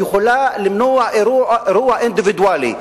יכולה למנוע אירוע אינדיבידואלי.